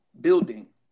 building